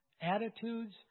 attitudes